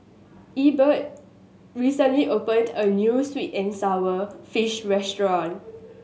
Ebert recently opened a new sweet and sour fish restaurant